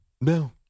No